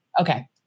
okay